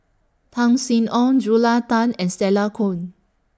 Tan Sin Aun Julia Tan and Stella Kon